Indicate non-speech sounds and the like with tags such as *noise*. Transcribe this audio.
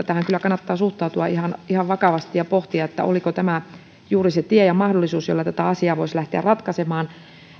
*unintelligible* tähän lakialoitteeseen kyllä kannattaa suhtautua ihan ihan vakavasti ja pohtia olisiko juuri tämä se tie ja mahdollisuus jolla tätä asiaa voisi lähteä ratkaisemaan